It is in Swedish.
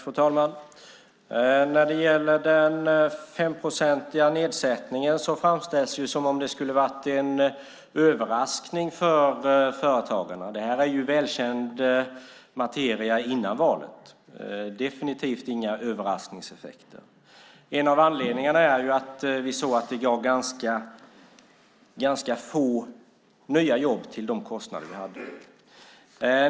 Fru talman! När det gäller den 5-procentiga nedsättningen framställs det hela som om detta skulle ha varit en överraskning för företagarna. Men det var välkänd materia före valet. Det är definitivt inte fråga om några överraskningseffekter. En av anledningarna till förändringen var att vi insåg att detta gav ganska få nya jobb i förhållande till de kostnader vi hade.